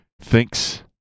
thinks